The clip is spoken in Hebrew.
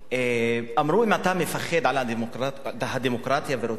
אמרו: אם אתה מפחד על הדמוקרטיה ורוצה